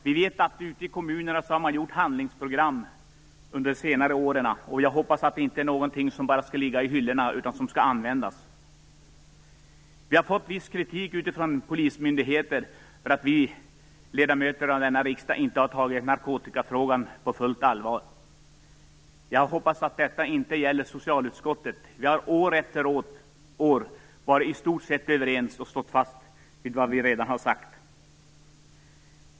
Vi vet att man ute i kommunerna under senare år har utarbetat handlingsprogram, och jag hoppas att det inte är något som bara skall ligga i hyllorna utan att det skall användas. Vi ledamöter av denna riksdag har fått viss kritik från polismyndigheter för att inte ha tagit narkotikafrågan på fullt allvar. Jag hoppas att detta inte gäller socialutskottet, för vi har år efter år i stort sett varit överens och stått fast vid vad vi redan tidigare har sagt.